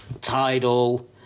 Tidal